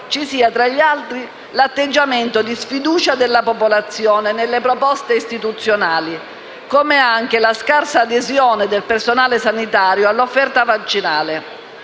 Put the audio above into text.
ci sia tra gli altri l'atteggiamento di sfiducia della popolazione nelle proposte istituzionali, come anche la scarsa adesione del personale sanitario all'offerta vaccinale.